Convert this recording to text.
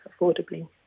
affordably